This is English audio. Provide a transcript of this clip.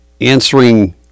answering